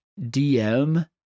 DM